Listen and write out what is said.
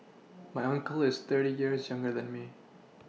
my uncle is thirty years younger than me